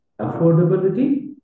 affordability